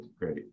Great